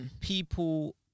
People